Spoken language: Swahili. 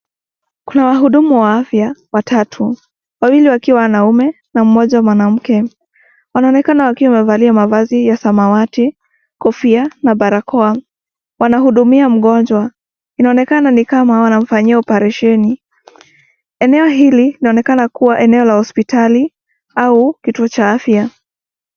Wahudumu wa afya watatu, wawili wakiwa wanaume na mmoa mwanamke. Wanaonekana wakiwa wamevalia mavazi ya samawati, kofia na barakoa. Wanahudumia mgonwa. Inaonekana ni kama wanamfanyia oparesheni. Eneo hili laonekana kuwa eneo la hospitali au kituo cha afya.